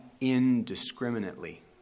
indiscriminately